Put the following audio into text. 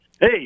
Hey